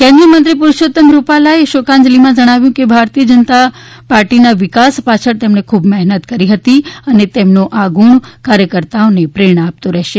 કેન્દ્રિય મંત્રી પરસોત્તમ રૂપાલા એ શોકાંજલીમાં જણાવ્યુ છે કે ભારતીય જનતા પાર્ટીના વિકાસ પાછળ તેમની ખૂબ મહેનત હતી અને તેમનો આ ગુણ કાર્યકરોને પ્રેરણા આપતો રહેશે